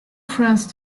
france